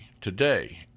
today